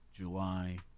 july